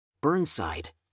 Burnside